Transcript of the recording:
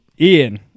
Ian